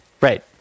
Right